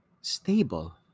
stable